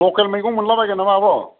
लकेल मैगं मोनला बायगोन नामा आब'